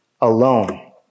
alone